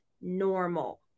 normal